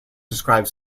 describe